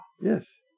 Yes